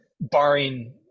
barring